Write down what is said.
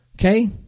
Okay